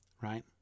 right